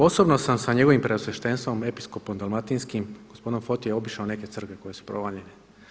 Osobno sam sa njegovim preosveštenstvo Episkopom dalmatinskim gospodinom Fotijom obišao neke crkve koje su provaljene.